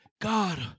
God